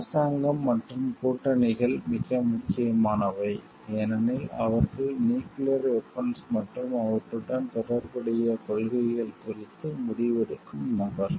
அரசாங்கம் மற்றும் கூட்டணிகள் மிக முக்கியமானவை ஏனெனில் அவர்கள் நியூக்கிளியர் வெபன்ஸ் மற்றும் அவற்றுடன் தொடர்புடைய கொள்கைகள் குறித்து முடிவெடுக்கும் நபர்கள்